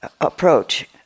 approach